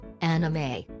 anime